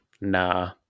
nah